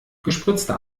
gespritzter